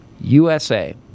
USA